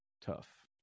tough